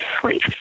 sleep